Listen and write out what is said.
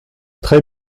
très